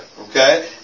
okay